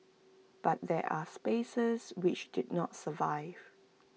but there are spaces which did not survive